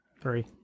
three